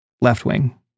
left-wing